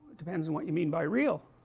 depends on what you mean by real.